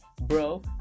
bro